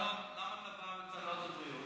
למה אתה בא בטענות?